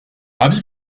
habit